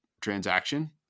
transaction